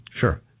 Sure